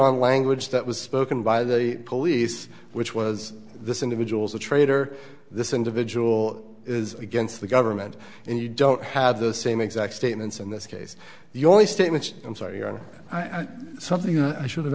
on language that was spoken by the police which was this individual's a traitor this individual is against the government and you don't have the same exact statements in this case the only statement i'm sorry i'm something i should have